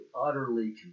utterly